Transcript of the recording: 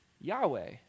yahweh